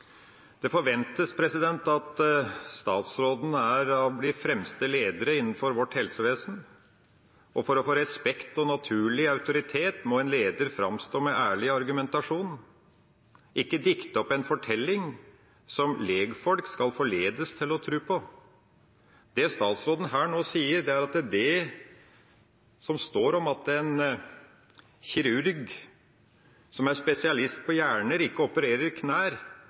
Det forventes at statsråden er av de fremste ledere innenfor helsevesenet vårt, og for å få respekt og ha en naturlig autoritet må en leder framstå med ærlig argumentasjon – ikke dikte opp en fortelling som lekfolk skal forledes til å tro på. Det som statsråden nå sier, at det som står om at en kirurg som er spesialist på hjerner, ikke opererer knær,